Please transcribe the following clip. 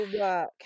work